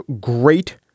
great